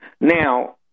Now